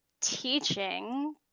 teaching